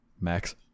Max